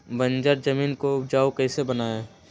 बंजर जमीन को उपजाऊ कैसे बनाय?